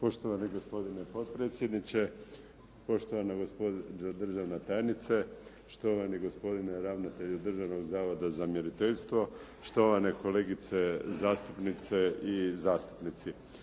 Poštovani gospodine potpredsjedniče, poštovana gospođo državna tajnice, štovani gospodine ravnatelju Državnog zavoda za mjeriteljstvo, štovane kolegice zastupnice i zastupnici.